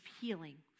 healing